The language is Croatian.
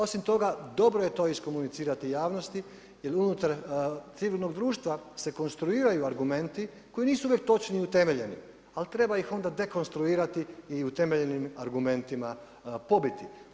Osim toga dobro je to iskomunicirati javnosti jel unutar civilnog društva se konstruiraju argumenti koji nisu već točni i utemeljeni, ali treba ih onda dekonstruirati i u utemeljenim argumentima pobiti.